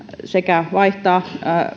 sekä vaihtaa